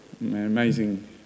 amazing